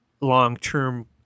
long-term